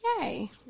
Yay